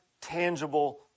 tangible